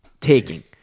taking